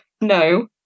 no